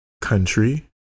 country